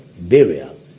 burial